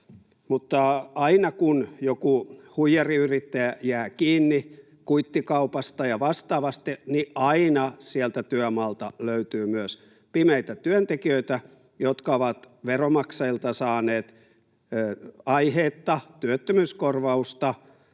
Mutta aina, kun joku huijariyrittäjä jää kiinni kuittikaupasta ja vastaavasta, sieltä työmaalta löytyy myös pimeitä työntekijöitä, jotka ovat veronmaksajilta saaneet aiheetta työttömyyskorvausta,